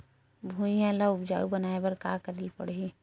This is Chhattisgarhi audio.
भुइयां ल उपजाऊ बनाये का करे ल पड़ही?